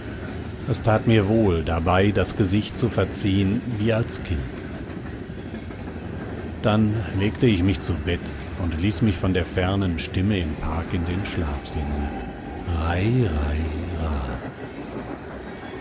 es tat mir wohl dabei das gesicht zu verziehen wie als kind dann legte ich mich zu bett und ließ mich von der fernen stimme im park in den schlaf singen